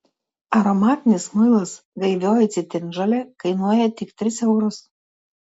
aromatinis muilas gaivioji citrinžolė kainuoja tik tris eurus